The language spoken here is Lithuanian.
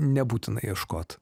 nebūtina ieškot